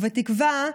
בתקווה,